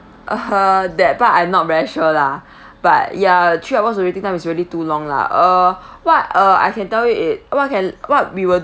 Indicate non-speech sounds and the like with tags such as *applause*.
(uh huh) that part I'm not very sure lah *breath* but ya three hours of waiting time is really too long lah uh *breath* what uh I can tell you it what can what we will